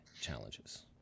challenges